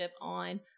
on